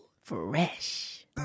fresh